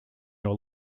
your